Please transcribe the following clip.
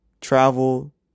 travel